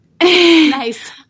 Nice